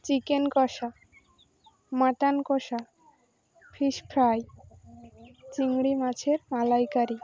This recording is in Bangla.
চিকেন কষা মাটন কষা ফিশ ফ্রাই চিংড়ি মাছের মালাইকারি